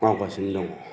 मावगासिनो दङ